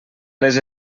les